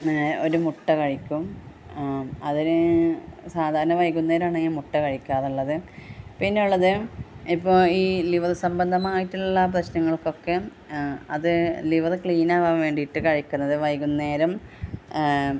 പിന്നെ ഒരു മുട്ട കഴിക്കും അതിന് സാധാരണ വൈകുന്നേരമാ ഞാൻ മുട്ട കഴിക്കാറുള്ളത് പിന്നെ ഉള്ളത് ഇപ്പോൾ ഈ ലിവർ സംബന്ധമായിട്ടുള്ള പ്രശ്നങ്ങൾകൊക്കെ അത് ലിവറ് ക്ലീൻ ആവാൻ വേണ്ടിയിട്ട് കഴിക്കുന്നത് വൈകുന്നേരം